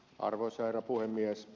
arvoisa herra puhemies